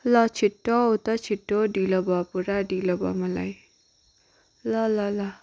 ल छिटो आऊ त छिटो ढिलो भयो पुरा ढिलो भयो मलाई ल ल ल